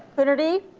coonerty?